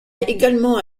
également